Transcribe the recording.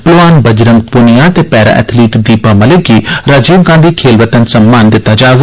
पलोआन बजरंग पुनिया ते para athlete Deepa Malik गी राजीव गांधी खेल रतन सम्मान दित्ता जाग